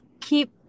keep